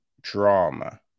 drama